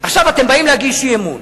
עכשיו אתם באים להגיש אי-אמון.